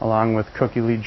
along with cookie lead